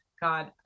god